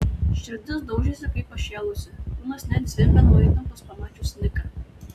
širdis daužėsi kaip pašėlusi kūnas net zvimbė nuo įtampos pamačius niką